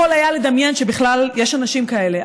מי יכול היה לדמיין שבכלל יש אנשים כאלה.